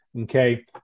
okay